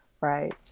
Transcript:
Right